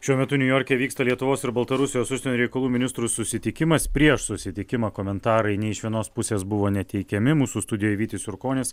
šiuo metu niujorke vyksta lietuvos ir baltarusijos užsienio reikalų ministrų susitikimas prieš susitikimą komentarai nei iš vienos pusės buvo neteikiami mūsų studijoj vytis jurkonis